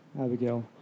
Abigail